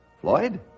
Floyd